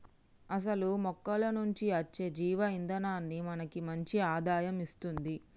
అసలు మొక్కల నుంచి అచ్చే జీవ ఇందనాన్ని మనకి మంచి ఆదాయం ఇస్తుంది